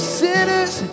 sinners